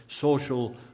social